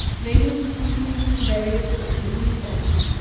they knew from whom the various goods had been stolen,